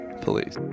police